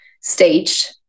staged